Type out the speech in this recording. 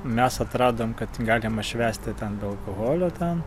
mes atradom kad galima švęsti ten be alkoholio ten